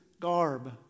garb